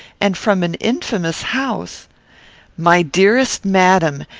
and from an infamous house my dearest madam!